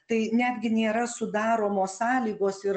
tai netgi nėra sudaromos sąlygos ir